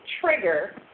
trigger